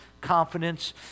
confidence